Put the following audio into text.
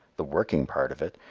the working part of it,